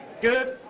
good